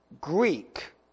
Greek